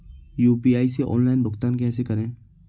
UPI से online भुगतान कैसे करें?